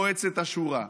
לוקחים את זה למועצת השורא,